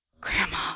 Grandma